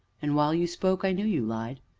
and, while you spoke, i knew you lied,